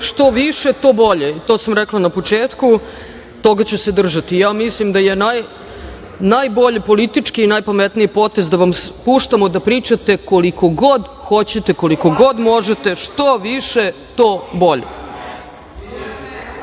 što više to bolje, i to sam rekla na početku, toga ću se držati. Ja mislim da je najbolji politički i najpametniji potez da vas puštamo da pričate, koliko god hoćete, koliko god možete, što više to bolje. Idemo